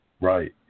right